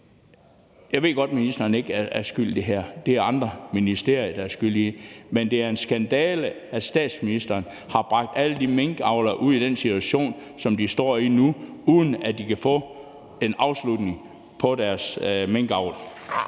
Jeg ved godt, ministeren ikke er skyld i det her. Det er andre ministerier, der er skyld i det. Men det er en skandale, at statsministeren har bragt alle de minkavlere ud i den situation, som de står i nu, uden at de kan få en afslutning på deres minkavl.